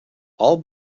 all